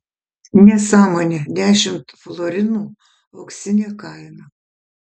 nesąmonė dešimt florinų auksinė kaina